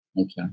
Okay